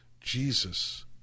Jesus